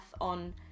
on